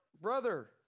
Brother